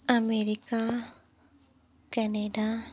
America Canada